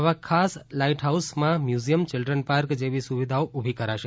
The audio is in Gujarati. આવા ખાસ લાઇટહાઉસમાં મ્યુઝિયમ ચીલ્ડ્રનપાર્ક જેવી સુવિધાઓ ઊભી કરાશે